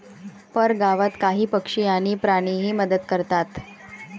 परगावात काही पक्षी आणि प्राणीही मदत करतात